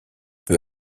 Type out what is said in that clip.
peu